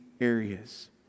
areas